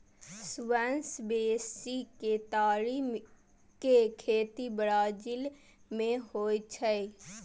सबसं बेसी केतारी के खेती ब्राजील मे होइ छै